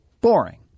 boring